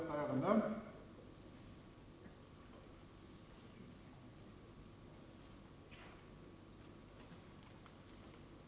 Jag yrkar bifall till reservation 23.